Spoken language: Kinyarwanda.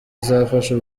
izafasha